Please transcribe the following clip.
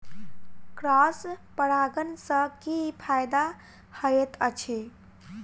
Cross परागण सँ की फायदा हएत अछि?